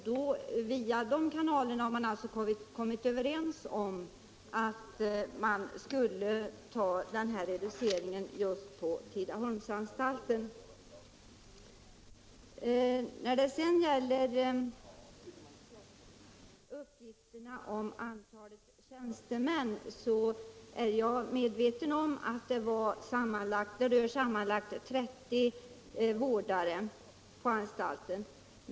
Det är alltså dessa parter som har kommit överens om att man skall genomföra reduceringen just på Tidaholmsanstalten. När det sedan gäller uppgiften om antalet tjänstemän är jag medveten om att det rör sig om sammanlagt 13 vårdare på anstalten.